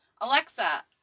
Alexa